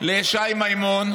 לשי מימון,